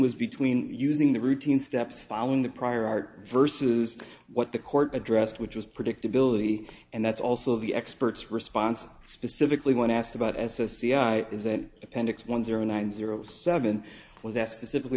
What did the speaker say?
was between using the routine steps following the prior art versus what the court addressed which was predictability and that's also the experts response specifically when asked about as a c i is an appendix one zero nine zero seven was asked specifically